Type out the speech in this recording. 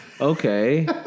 okay